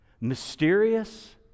mysterious